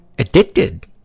Addicted